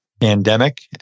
pandemic